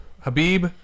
Habib